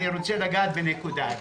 בנוסף,